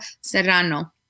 Serrano